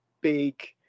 big